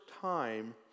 time